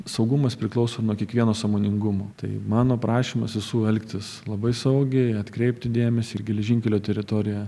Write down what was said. saugumas priklauso nuo kiekvieno sąmoningumo tai mano prašymas visų elgtis labai saugiai atkreipti dėmesį ir geležinkelio teritoriją